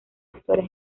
actores